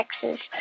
Texas